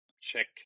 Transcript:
check